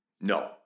No